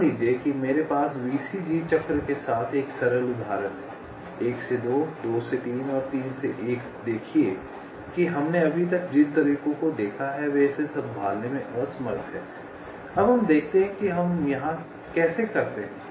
मान लीजिए कि मेरे पास VCG चक्र के साथ एक सरल उदाहरण है 1 से 2 2 से 3 3 से 1 देखिए कि हमने अभी तक जिन तरीकों को देखा है वे इसे संभालने में असमर्थ हैं अब हम देखते हैं कि हम यहां कैसे करते हैं